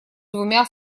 двумя